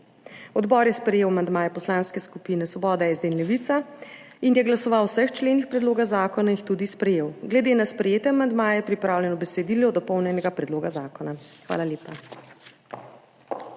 Odbor je sprejel amandmaje poslanskih skupin Svoboda, SD in Levica, glasoval je o vseh členih predloga zakona in jih tudi sprejel. Glede na sprejete amandmaje je pripravljeno besedilo dopolnjenega predloga zakona. Hvala lepa.